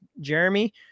Jeremy